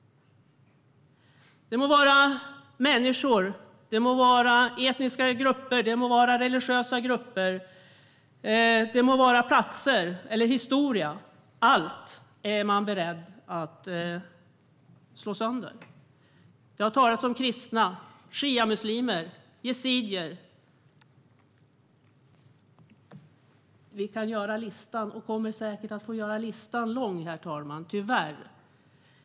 Det må vara människor, etniska grupper, religiösa grupper, platser eller historia - allt är de beredda att slå sönder. Det har talats om kristna, shiamuslimer och yazidier. Vi kan göra och kommer säkert att få göra listan lång, tyvärr, herr talman.